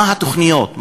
מה התוכניות?